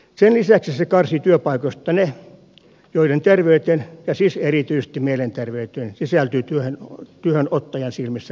sen lisäksi se karsii työpaikoilta ne joiden terveyteen ja siis erityisesti mielenterveyteen sisältyy työhönottajan silmissä riskejä